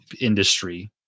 industry